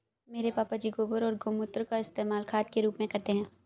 मेरे पापा जी गोबर और गोमूत्र का इस्तेमाल खाद के रूप में करते हैं